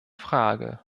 frage